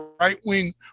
right-wing